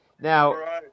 Now